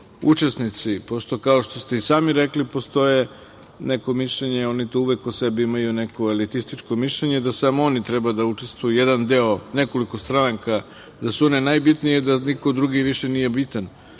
učesnici. Kao što ste i sami rekli, postoji neko mišljenje, oni tu uvek po sebi imaju neko elitističko mišljenje da samo oni treba da učestvuju, jedan deo, nekoliko stranaka, da su one najbitnije i da niko drugi više nije bitan. Naše